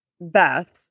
beth